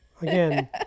Again